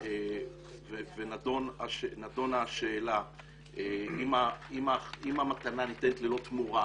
ונדונה השאלה אם המתנה ניתנת ללא תמורה,